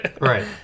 Right